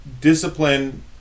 discipline